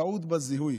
טעות בזיהוי.